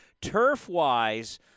turf-wise